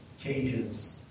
changes